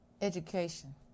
Education